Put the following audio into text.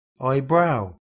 eyebrow